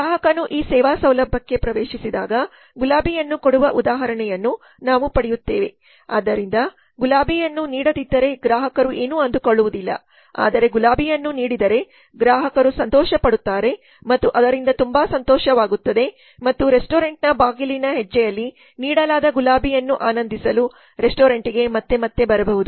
ಗ್ರಾಹಕನು ಈ ಸೇವಾ ಸೌಲಭ್ಯಕ್ಕೆ ಪ್ರವೇಶಿಸಿದಾಗ ಗುಲಾಬಿಯನ್ನು ಕೊಡುವ ಉದಾಹರಣೆಯನ್ನು ನಾವು ಪಡೆಯುತ್ತೇವೆ ಆದ್ದರಿಂದ ಗುಲಾಬಿಯನ್ನು ನೀಡದಿದ್ದರೆ ಗ್ರಾಹಕರು ಏನು ಅಂದುಕೊಳ್ಳುವುದಿಲ್ಲ ಆದರೆ ಗುಲಾಬಿಯನ್ನು ನೀಡಿದರೆ ಗ್ರಾಹಕರು ಸಂತೋಷಪಡುತ್ತಾರೆ ಮತ್ತು ಅದರಿಂದ ತುಂಬಾ ಸಂತೋಷವಾಗುತ್ತದೆ ಮತ್ತು ರೆಸ್ಟೋರೆಂಟ್ನ ಬಾಗಿಲಿನ ಹೆಜ್ಜೆಯಲ್ಲಿ ನೀಡಲಾದ ಗುಲಾಬಿಯನ್ನು ಆನಂದಿಸಲು ರೆಸ್ಟೋರೆಂಟ್ಗೆ ಮತ್ತೆ ಮತ್ತೆ ಬರಬಹುದು